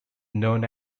known